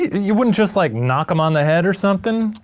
you wouldn't just like, knock him on the head or somethin'?